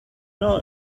know